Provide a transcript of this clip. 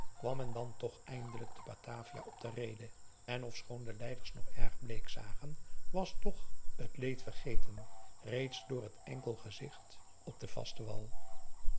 kwam men dan toch eindelijk te batavia op de reede en ofschoon de lijders nog erg bleek zagen was toch het leed vergeten reeds door het enkele gezicht op den vasten wal